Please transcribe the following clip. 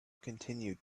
continued